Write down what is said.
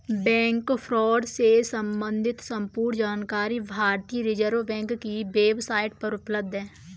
bank fraud से सम्बंधित संपूर्ण जानकारी भारतीय रिज़र्व बैंक की वेब साईट पर उपलब्ध है